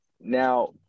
Now